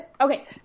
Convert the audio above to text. okay